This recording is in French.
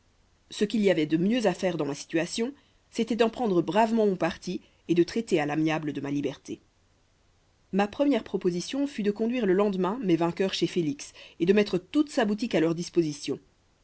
ce qu'il y avait de mieux à faire dans ma situation c'était d'en prendre bravement mon parti et de traiter à l'amiable de ma liberté ma première proposition fut de conduire le lendemain mes vainqueurs chez félix et de mettre toute sa boutique à leur disposition